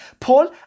Paul